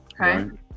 Okay